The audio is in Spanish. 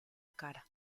cara